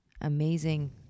amazing